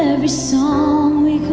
every song we